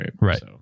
Right